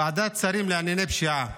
ועדת השרים לענייני פשיעה